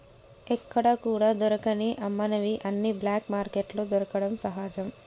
ఎక్కడా కూడా మనకు దొరకని అమ్మనివి అన్ని బ్లాక్ మార్కెట్లో దొరకడం సహజం